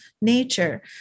nature